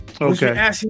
okay